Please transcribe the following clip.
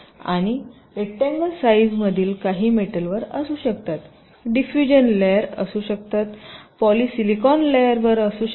आणि रेकट्यांगल साईजतील काही मेटलवर असू शकतात डीफुजन लेयर असू शकतात पॉलिसिलिकॉन लेयर वर असू शकतात